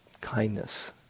kindness